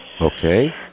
Okay